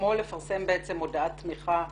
כמו לפרסם הודעת תמיכה,